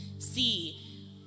see